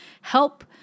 help